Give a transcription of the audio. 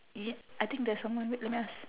y~ I think there's someone wait let me ask